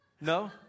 No